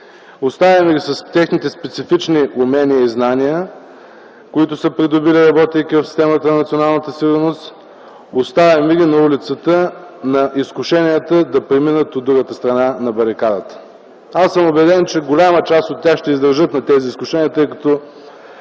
Оставяме ги с техните специфични умения и знания, които са придобили, работейки в системата на националната сигурност; оставяме ги на улицата на изкушенията да преминат от другата страна на барикадата. Аз съм убеден, че голяма част от тях ще издържат на тези изкушения.